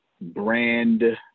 brand